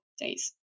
days